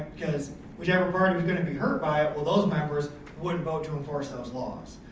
cause whichever party was gonna be hurt by it, well those members wouldn't vote to enforce those laws.